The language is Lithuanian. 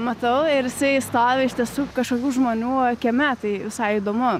matau ir jisai stovi iš tiesų kažkokių žmonių kieme tai visai įdomu